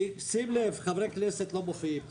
שים לב, חברי כנסת לא מופיעים פה.